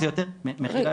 מחילה,